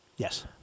Yes